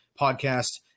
podcast